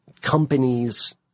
companies